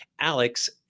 Alex